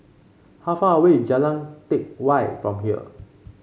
how far away Jalan Teck Whye from here